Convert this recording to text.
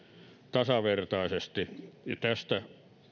tasavertaisesti ja tästä valiokunnan lausumaehdotus kolme